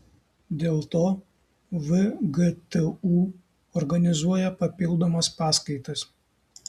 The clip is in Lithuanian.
dėl to vgtu organizuoja papildomas paskaitas